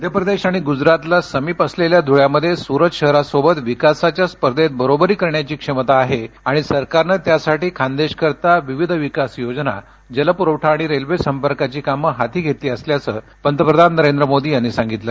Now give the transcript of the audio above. मध्य प्रदधीआणि गुजरातला समीप असलख्या धुळ्यामध्यझिरत शहरासोबत विकासाच्या स्पर्धेत बरोबरी करण्याची क्षमता आहव्विणि सरकारनं त्यासाठी खान्दधकरिता विविध विकास योजना जल पुरवठा आणि रच्छिस्टिपर्काची कामं हाती घस्तिी असल्याचं पंतप्रधान नरेंद्र मोदी यांनी सांगितलं